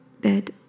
bed